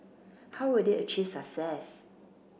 how will they achieve success